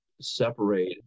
separate